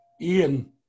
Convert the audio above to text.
ian